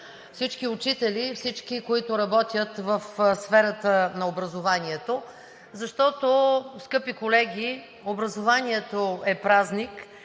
всички учители и всички, които работят в сферата на образованието. Защото, скъпи колеги, образованието е празник